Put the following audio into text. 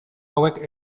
hauek